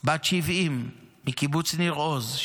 בת 70 מקיבוץ ניר עוז,